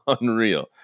Unreal